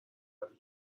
روی